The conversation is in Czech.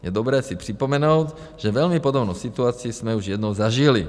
Je dobré si připomenout, že velmi podobnou situaci jsme už jednou zažili.